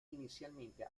inicialmente